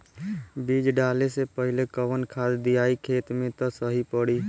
बीज डाले से पहिले कवन खाद्य दियायी खेत में त सही पड़ी?